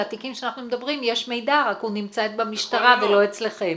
על התיקים שאנחנו מדברים יש מידע רק הם נמצאים במשטרה ולא אצלכם.